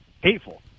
hateful